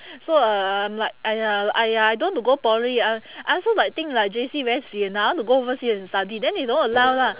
so um I'm like !aiya! !aiya! I don't want to go poly I I also like think like J_C very sian I want to go oversea and study then they don't allow lah